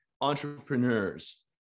entrepreneurs